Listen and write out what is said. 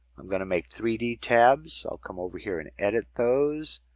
i'm going to make three d tabs i'll come over here and edit those.